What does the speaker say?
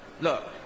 Look